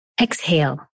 Exhale